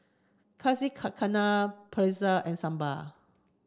Yakizakana Pretzel and Sambar